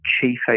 chief